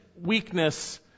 weakness